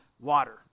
water